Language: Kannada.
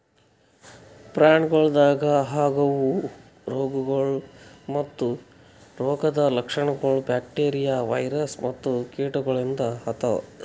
ಪ್ರಾಣಿಗೊಳ್ದಾಗ್ ಆಗವು ರೋಗಗೊಳ್ ಮತ್ತ ರೋಗದ್ ಲಕ್ಷಣಗೊಳ್ ಬ್ಯಾಕ್ಟೀರಿಯಾ, ವೈರಸ್ ಮತ್ತ ಕೀಟಗೊಳಿಂದ್ ಆತವ್